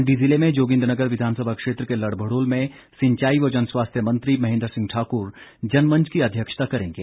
मंडी जिले में जोगिन्द्रनगर विधानसभा क्षेत्र के लड़भड़ोल में सिंचाई व जनस्वास्थ्य मंत्री महेंद्र सिंह ठाक्र जनमंच की अध्यक्षता करेंगे